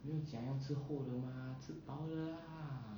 没有讲要吃厚的 mah 吃薄的 lah